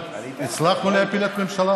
אולי צריך להחליף אותך?